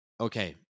okay